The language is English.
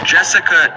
Jessica